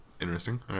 interesting